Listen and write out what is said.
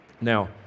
Now